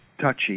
touchy